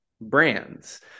brands